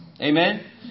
Amen